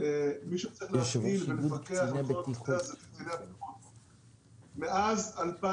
אני מבקש לשאול: יש תחנת רכבת בראש העין דרום שאושרה מזמן.